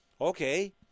Okay